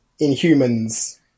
Inhumans